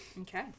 Okay